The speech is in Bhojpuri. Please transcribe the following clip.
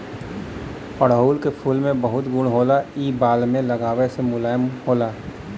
अढ़ऊल के फूल में बहुत गुण होला इ बाल में लगावे से बाल मुलायम होला